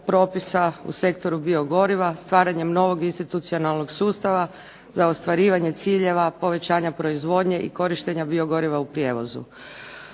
u sektoru biogoriva stvaranjem novog institucionalnog sustava za ostvarivanje ciljeva povećanja proizvodnje i korištenja biogoriva u prijevozu.